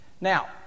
Now